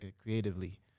creatively